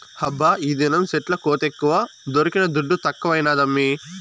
హబ్బా ఈదినం సెట్ల కోతెక్కువ దొరికిన దుడ్డు తక్కువైనాదమ్మీ